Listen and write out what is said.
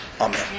Amen